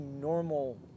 normal